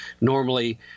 normally